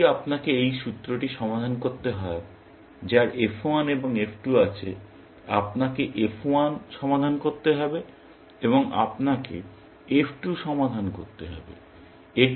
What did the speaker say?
যদি আপনাকে এই সূত্রটি সমাধান করতে হয় যার f1 এবং f2 আছে আপনাকে f1 সমাধান করতে হবে এবং আপনাকে f2 সমাধান করতে হবে